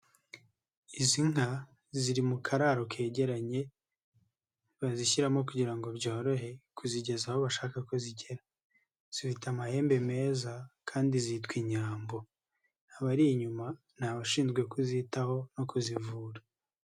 Izi nka ziri mu kararo kegeranye, bazishyiramo kugira ngo byorohe kuzigeza aho bashaka ko zigera. Zifite amahembe meza kandi zitwa inyambo. Abari inyuma, ni abashinzwe kuzitaho no kuzivura.